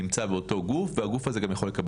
נמצא באותו גוף והגוף הזה גם יכול לקבל